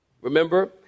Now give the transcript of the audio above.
remember